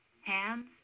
Hands